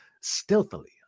stealthily